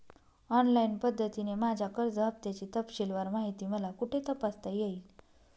Online पद्धतीने माझ्या कर्ज हफ्त्याची तपशीलवार माहिती मला कुठे तपासता येईल?